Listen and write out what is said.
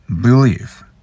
believe